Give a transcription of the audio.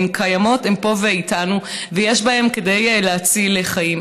הן קיימות, הן פה ואיתנו, ויש בהן כדי להציל חיים.